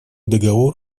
договор